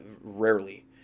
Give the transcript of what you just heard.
rarely